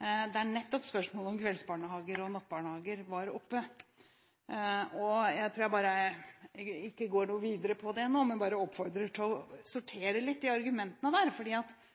der nettopp spørsmålet om kveldsbarnehager og nattbarnehager var oppe. Jeg tror ikke jeg går noe videre på det nå, men bare oppfordrer til å sortere argumentene litt,